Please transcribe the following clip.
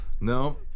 no